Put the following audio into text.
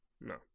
No